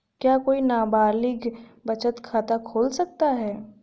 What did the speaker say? क्या कोई नाबालिग बचत खाता खोल सकता है?